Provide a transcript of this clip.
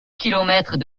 kilomètres